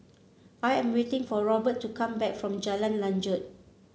I am waiting for Robert to come back from Jalan Lanjut